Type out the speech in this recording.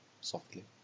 softly